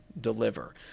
deliver